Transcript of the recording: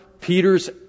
Peter's